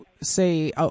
say